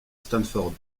stanford